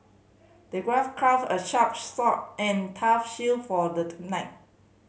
the crafted a sharp sword and tough shield for the tonight